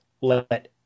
Let